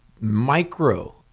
micro